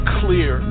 clear